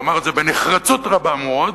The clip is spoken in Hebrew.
והוא אמר את זה בנחרצות רבה מאוד,